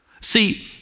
See